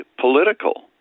political